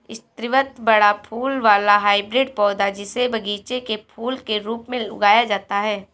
स्रीवत बड़ा फूल वाला हाइब्रिड पौधा, जिसे बगीचे के फूल के रूप में उगाया जाता है